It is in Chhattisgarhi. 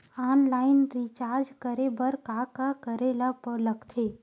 ऑनलाइन रिचार्ज करे बर का का करे ल लगथे?